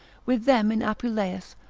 with them in apuleius,